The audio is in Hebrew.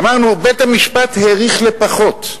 אמרנו: בית-המשפט האריך לפחות.